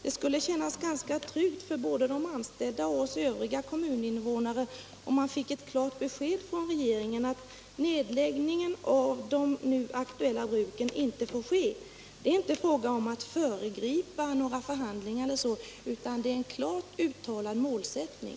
Det skulle kännas ganska tryggt både för de anställda och för oss övriga kommuninvånare, om man fick ett klart besked från regeringen om att en nedläggning av de nu aktuella bruken inte får ske. Det är inte fråga om att föregripa några förhandlingar, utan det gäller en klart uttalad målsättning.